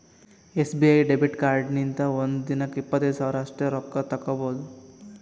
SBI debit ಕಾರ್ಡ್ಲಿಂತ ಒಂದ್ ದಿನಕ್ಕ ಇಪ್ಪತ್ತೈದು ಸಾವಿರ ಅಷ್ಟೇ ರೊಕ್ಕಾ ತಕ್ಕೊಭೌದು